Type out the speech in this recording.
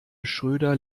schröder